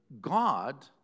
God